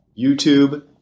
YouTube